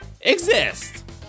exist